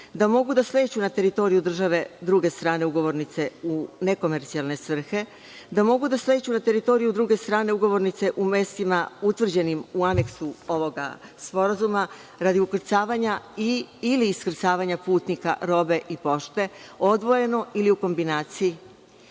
da mogu da sleću na teritoriju države druge strane ugovornice u nekomercijalne svrhe, da mogu da sleću na teritoriju druge strane ugovornice u mestima utvrđenim u aneksu ovog sporazuma radi ukrcavanja ili iskrcavanja putnika, robe i pošte, odvojeno ili u kombinaciji.